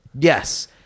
yes